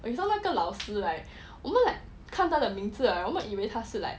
okay so 那个老师 right 我们 like 看她的名字 right 我们以为他是 like